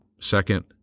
Second